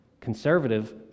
conservative